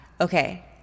okay